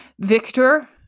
victor